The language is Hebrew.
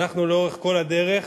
אנחנו לאורך כל הדרך